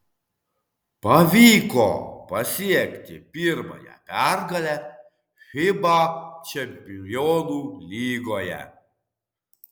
pavyko pasiekti pirmąją pergalę fiba čempionų lygoje